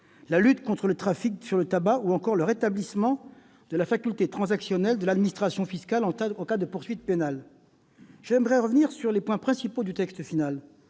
la lutte contre les trafics sur le tabac ou encore le rétablissement de la faculté transactionnelle de l'administration fiscale en cas de poursuites pénales. Je veux revenir sur les points principaux du texte final.